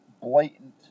blatant